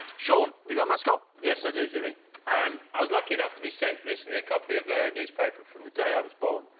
shawn, have you got mascot? yes, i do jimmy um i was lucky enough to be sent recently a copy of a newspaper from the day i was born,